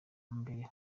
mbere